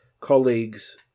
colleagues